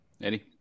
Eddie